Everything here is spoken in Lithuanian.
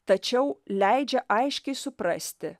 tačiau leidžia aiškiai suprasti